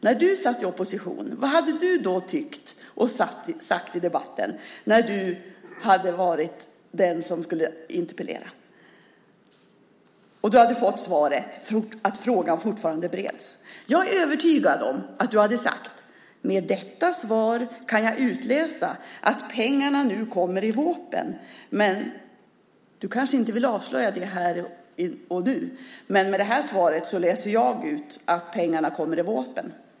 När du satt i opposition, vad hade du då tyckt och sagt i debatten om du hade varit den som interpellerat och du hade fått svaret att frågan fortfarande bereds? Jag är övertygad om att du hade sagt: Med detta svar kan jag utläsa att pengarna nu kommer i vårpropositionen. Du kanske inte vill avslöja det här och nu, men i det här svaret läser jag ut att pengarna kommer i vårpropositionen.